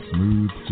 Smooth